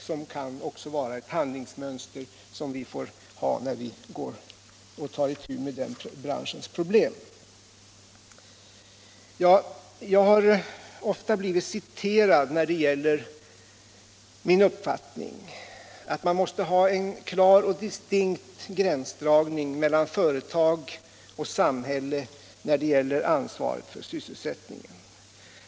Det kan också vara ett handlingsmönster när vi tar itu med den branschens problem. Jag har ofta blivit citerad när det gäller min uppfattning att man måste ha en klar och distinkt gränsdragning mellan företag och samhälle i fråga om ansvaret för sysselsättningen.